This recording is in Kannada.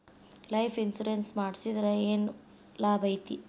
ಲೈಫ್ ಇನ್ಸುರೆನ್ಸ್ ಮಾಡ್ಸಿದ್ರ ಏನ್ ಲಾಭೈತಿ?